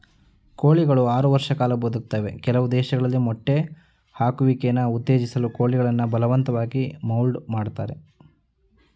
ಕೋಳಿಗಳು ಆರು ವರ್ಷ ಕಾಲ ಬದುಕ್ತವೆ ಕೆಲವು ದೇಶದಲ್ಲಿ ಮೊಟ್ಟೆ ಹಾಕುವಿಕೆನ ಉತ್ತೇಜಿಸಲು ಕೋಳಿಗಳನ್ನು ಬಲವಂತವಾಗಿ ಮೌಲ್ಟ್ ಮಾಡ್ತರೆ